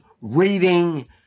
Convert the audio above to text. reading